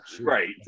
right